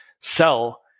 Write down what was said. sell